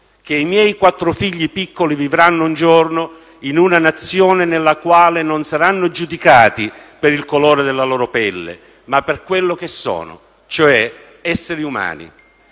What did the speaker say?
che i miei quattro bambini vivranno un giorno in una Nazione nella quale non saranno giudicati per il colore della loro pelle», ma per quello che sono, cioè esseri umani.